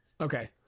Okay